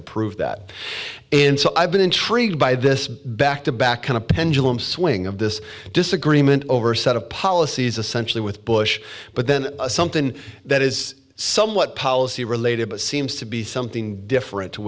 to prove that and so i've been intrigued by this back to back kind of pendulum swing of this disagreement over a set of policies essentially with bush but then something that is somewhat policy related but seems to be something different